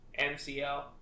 MCL